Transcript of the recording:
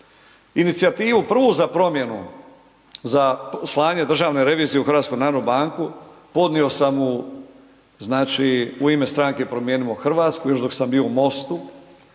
inicijativu prvu za promjenu, za slanje državne revizije u HNB podnio sam znači u ime stranke Promijenimo Hrvatsku, još dok sam bio u MOST-u,